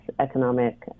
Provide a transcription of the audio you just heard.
economic